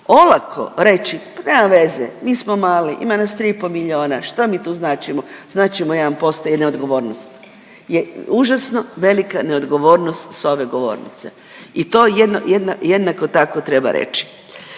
Olako reći pa nema veze mi smo mali ima nas 3,5 miliona što mi tu značimo, značimo 1% jedne odgovornosti je užasno velika neodgovornost s ove govornice. I to jednako tako treba reći.